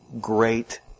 Great